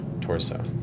torso